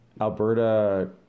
Alberta